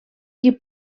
qui